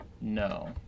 no